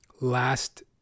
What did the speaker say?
last